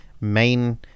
main